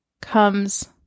comes